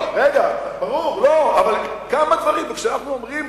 ברור, אבל גם בדברים, כשאנחנו אומרים